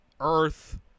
Earth